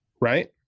Right